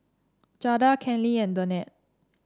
Jada Kenley and Danette